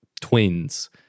twins